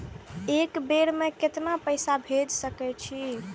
एक बेर में केतना पैसा भेज सके छी?